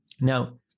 Now